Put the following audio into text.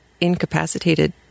incapacitated